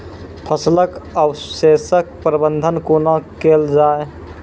फसलक अवशेषक प्रबंधन कूना केल जाये?